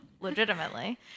legitimately